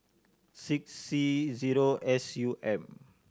six C zero S U M